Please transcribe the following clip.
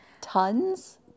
Tons